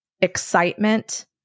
excitement